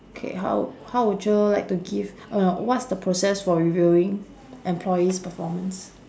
okay how how would you like to give oh no what's the process for reviewing employees' performance